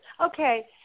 Okay